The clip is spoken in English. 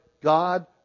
God